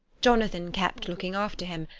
jonathan kept looking after him,